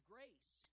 Grace